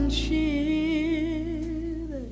cheer